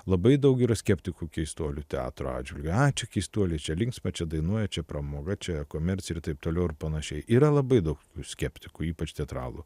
labai daug yra skeptikų keistuolių teatro atžvilgiu aa čia keistuoliai čia linksma čia dainuoja čia pramoga čia komercija ir taip toliau ir panašiai yra labai daug skeptikų ypač teatralų